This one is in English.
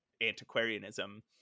antiquarianism